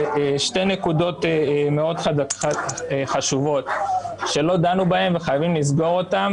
זה שתי נקודות מאוד חשובות שלא דנו בהן וחייבים לסגור אותן,